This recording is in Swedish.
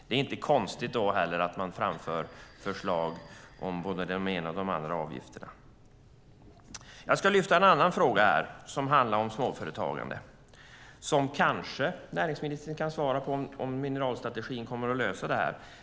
Det är då inte konstigt heller att man framför förslag om både de ena och de andra avgifterna. Jag ska lyfta fram en annan fråga, som handlar om småföretagande. Näringsministern kanske kan svara på om mineralstrategin kommer att lösa det här.